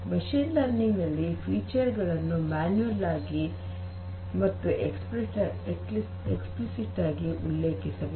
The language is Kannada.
ಮಷೀನ್ ಲರ್ನಿಂಗ್ ನಲ್ಲಿ ವೈಶಿಷ್ಟ್ಯಗಳನ್ನು ಮ್ಯಾನುಯಲ್ ಮತ್ತು ಎಕ್ಸ್ಪ್ಲಿಸಿಟ್ ಆಗಿ ಉಲ್ಲೇಖಿಸಬೇಕು